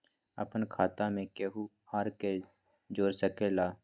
अपन खाता मे केहु आर के जोड़ सके ला?